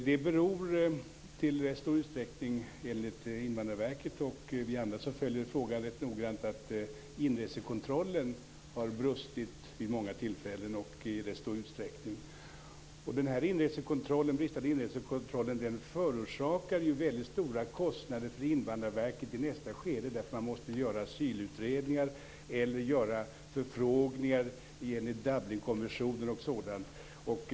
Det beror i stor utsträckning enligt Invandrarverket och enligt de av oss som noggrant följer frågan på att inresekontrollen har brustit vid många tillfällen. Den bristande inresekontrollen förorsakar stora kostnader för Invandrarverket i nästa skede. Det måste göras asylutredningar och förfrågningar enligt Dublinkonventionen osv.